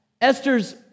Esther's